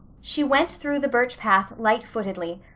she went through the birch path light-footedly,